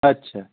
আচ্ছা